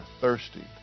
thirsty